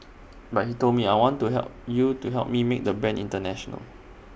but he told me I want help you to help me make the brand International